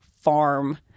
farm